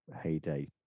heyday